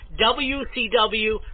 WCW